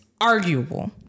arguable